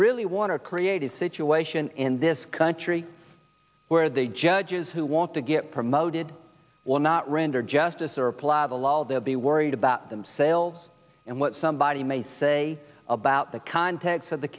really want to create a situation in this country where the judges who want to get promoted will not render justice or they'll be worried about themselves and what somebody may say about the contents of the